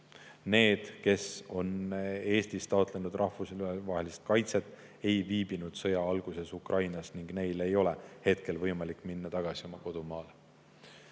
Need, kes on Eestis taotlenud rahvusvahelist kaitset, ei viibinud sõja alguses Ukrainas ning neil ei ole hetkel võimalik minna tagasi oma kodumaale.